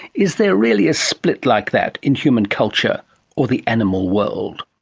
is there really a split like that in human culture or the animal world?